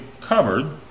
covered